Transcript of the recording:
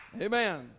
Amen